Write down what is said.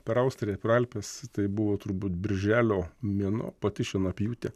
per austriją pro alpes tai buvo turbūt birželio mėnuo pati šienapjūtė